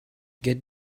get